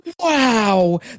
wow